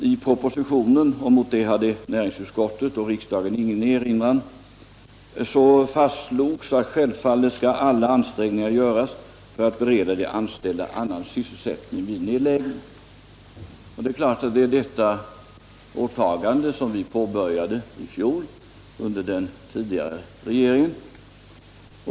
I propositionen fastslogs — och mot det hade näringsutskottet och kammaren ingen erinran — att alla ansträngningar självfallet skall göras för att bereda de anställda annan sysselsättning vid nedläggning. Det är detta åtagande som vi följde upp i fjol under den tidigare regeringen.